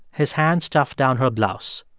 his hand stuffed down her blouse.